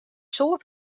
soad